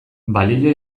balio